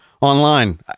online